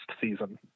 season